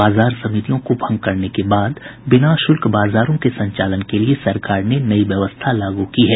बाजार समितियों को भंग करने के बाद बिना शुल्क बाजारों के संचालन के लिये सरकार ने नई व्यवस्था लागू की है